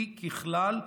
היא שככלל,